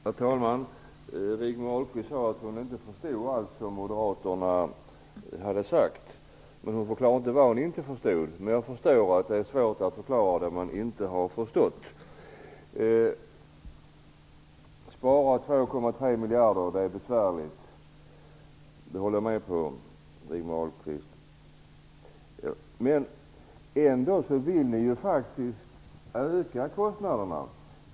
Herr talman! Rigmor Ahlstedt sade att hon inte förstod allt som moderaterna har sagt. Men hon förklarade inte vad det var som hon inte förstod. Men jag förstår att det är svårt att förklara det man inte har förstått. Att spara 2,3 miljarder är besvärligt, det håller jag med om, Rigmor Ahlstedt. Ändå vill ni faktiskt öka kostnaderna.